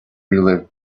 relive